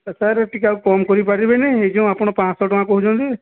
ଏ sir ଟିକିଏ ଆଉ କମ୍ କରିପାରିବେନି ଏଇ ଯେଉଁ ଆପଣ ପାଁ'ଶହ ଟଙ୍କା କହୁଛନ୍ତି